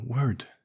word